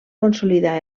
consolidar